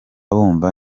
bumva